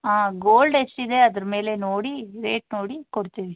ಆಂ gold ಎಷ್ಟಿದೆ ಅದರ ಮೇಲೆ ನೋಡಿ ರೇಟ್ ನೋಡಿ ಕೊಡ್ತೀವಿ